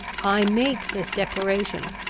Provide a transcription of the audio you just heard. i make this declaration,